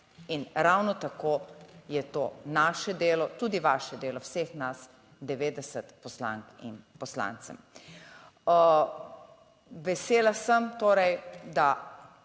In ravno tako je to naše delo, tudi vaše delo, vseh nas 90 poslank in poslancev. Vesela sem torej, da